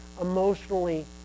emotionally